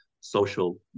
social